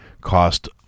cost